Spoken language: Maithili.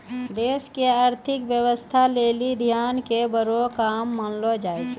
देश के अर्थव्यवस्था लेली धन के बड़ो काम मानलो जाय छै